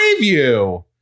Preview